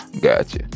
gotcha